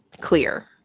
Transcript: clear